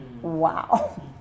Wow